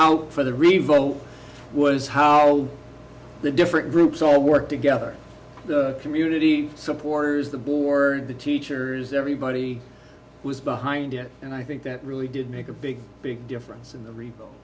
out for the revolt was how the different groups all work together the community supporters the board the teachers everybody was behind it and i think that really did make a big big difference in the re